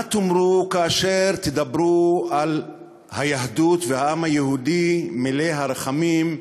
מה תאמרו כאשר תדברו על היהדות ועל העם היהודי מלא הרחמים,